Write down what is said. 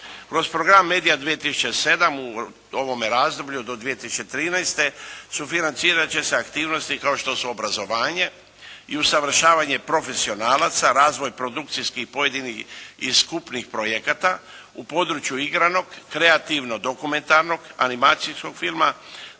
Kroz Program Media 2007. u ovome razdoblju do 2013. sufinancirat će se aktivnosti kao što su obrazovanje i usavršavanje profesionalaca, razvoj produkcijskih, pojedinih i skupnih projekata u području igranog, kreativno-dokumentarnog, animacijskog filma,